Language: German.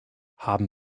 haben